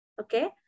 okay